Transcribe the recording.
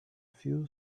few